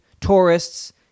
tourists